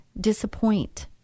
disappoint